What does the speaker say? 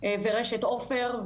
ורשת עופר.